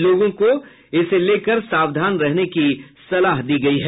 लोगों को इसको लेकर सावधान रहने की सलाह दी गयी है